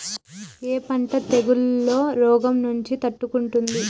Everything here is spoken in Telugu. ఏ పంట తెగుళ్ల రోగం నుంచి తట్టుకుంటుంది?